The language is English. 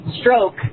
stroke